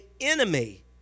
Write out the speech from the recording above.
enemy